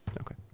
okay